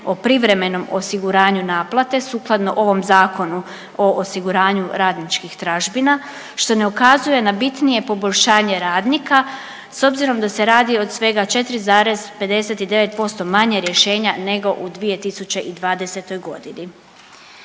o privremenom osiguranju naplate sukladno ovom Zakonu o osiguranju radničkih tražbina što ne ukazuje na bitnije poboljšanje radnika s obzirom da se radi o svega 4,59% manje rješenja nego u 2020. godini.